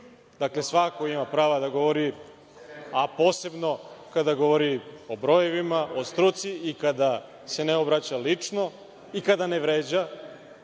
Dakle, svako ima prava da govori, a posebno kada govori o brojevima, o struci i kada se ne obraća lično i kada ne vređa